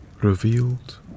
revealed